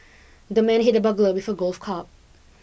the man hit the burglar with a golf cub